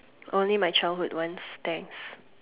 only my childhood ones thanks